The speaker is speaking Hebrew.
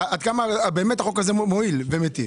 עד כמה החוק הזה באמת מועיל ומיטיב?